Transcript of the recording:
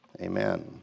Amen